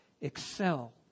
excel